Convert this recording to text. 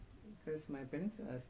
mm mmhmm